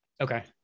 Okay